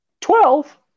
Twelve